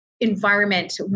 environment